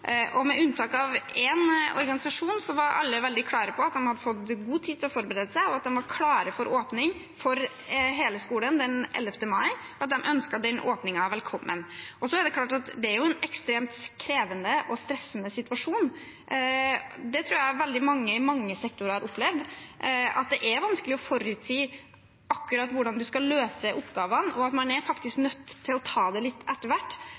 og med unntak av én organisasjon var alle veldig klare på at de hadde fått god tid til å forberede seg, at de var klare for åpning av hele skolen den 11. mai, og at de ønsket den åpningen velkommen. Det er klart at det er en ekstremt krevende og stressende situasjon – jeg tror veldig mange i mange sektorer har opplevd at det er vanskelig å forutsi akkurat hvordan man skal løse oppgavene, og at man faktisk er nødt til å ta det litt etter hvert.